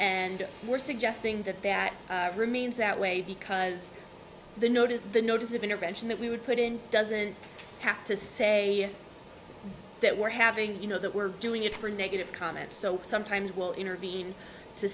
and we're suggesting that remains that way because the notice the notice of intervention that we would put in doesn't have to say that we're having you know that we're doing it for negative comments sometimes will intervene to